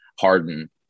Harden